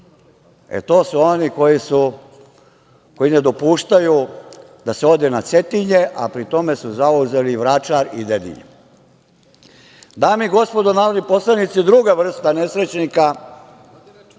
E, to su oni koji ne dopuštaju da se ode na Cetinje, a pri tome su zauzeli Vračar i Dedinje. Dame i gospodo narodni poslanici, druga vrsta nesrećnika